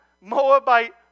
Moabite